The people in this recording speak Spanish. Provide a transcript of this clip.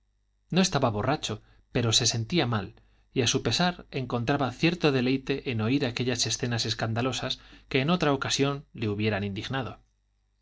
no estaba borracho pero se sentía mal y a su pesar encontraba cierto deleite en oír aquellas escenas escandalosas que en otra ocasión le hubieran indignado